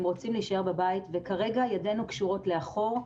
הם רוצים להישאר בבית, וכרגע ידינו קשורות לאחור.